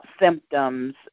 symptoms